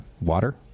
water